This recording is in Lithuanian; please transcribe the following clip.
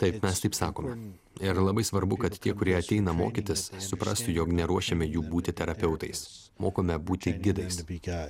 taip mes taip sakome ir labai svarbu kad tie kurie ateina mokytis suprastų jog neruošiame jų būti terapeutais mokome būti gidais